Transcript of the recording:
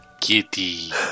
Kitty